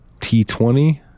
T20